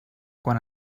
quan